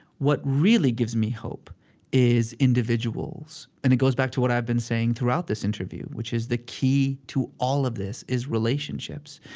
what really gives me hope is individuals. and it goes back to what i've been saying throughout this interview, which is the key to all of this is relationships.